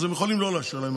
אז הם יכולים לא לאשר להם,